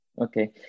Okay